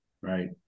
right